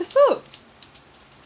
the soup